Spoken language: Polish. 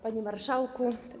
Panie Marszałku!